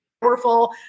powerful